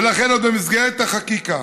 ולכן עוד במסגרת החקיקה